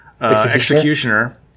Executioner